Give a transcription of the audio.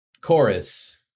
Chorus